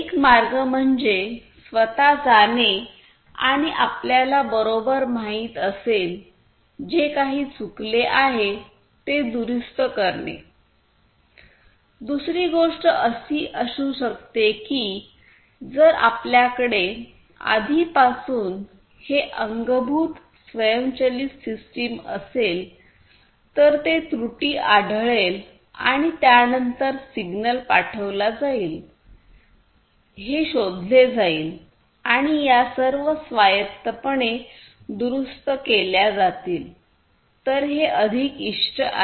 तर एक मार्ग म्हणजे स्वतः जाणे आणि आपल्याला बरोबर माहित असेल जे काही चुकले आहे ते दुरुस्त करणे दुसरी गोष्ट अशी असू शकते की जर आपल्याकडे आधीपासून हे अंगभूत स्वयंचलित सिस्टम असेल तर ते त्रुटी आढळेल आणि त्यानंतर सिग्नल पाठविला जाईल हे शोधले जाईल आणि त्या सर्व स्वायत्तपणे दुरुस्त केल्या जातील तर तेच अधिक इष्ट आहे